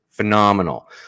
phenomenal